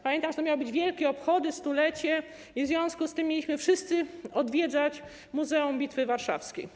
Pamiętam, że to miały być wielkie obchody - 100-lecie - i w związku z tym mieliśmy wszyscy odwiedzać Muzeum Bitwy Warszawskiej.